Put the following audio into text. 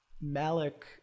Malik